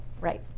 Right